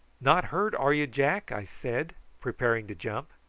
not hurt, are you, jack? i said, preparing to jump.